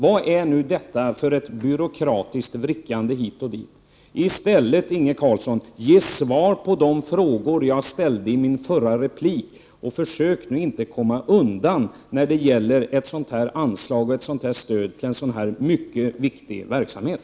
Vad är nu detta för ett byråkratiskt vrickande hit och dit? Ge i stället svar på de frågor som jag ställde i min förra replik, Inge Carlsson, och försök inte komma undan när det gäller anslag och stöd till en mycket viktig verksamhet!